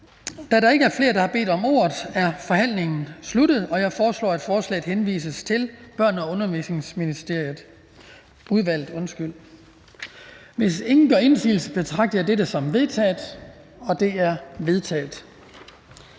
Da der ikke er flere, der har bedt om ordet, er forhandlingen sluttet. Jeg foreslår, at forslaget til folketingsbeslutning henvises til Børne- og Undervisningsudvalget. Hvis ingen gør indsigelse, betragter jeg dette som vedtaget. Det er vedtaget.